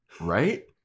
Right